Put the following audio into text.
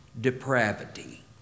Depravity